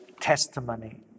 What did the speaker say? testimony